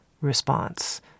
response